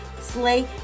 slay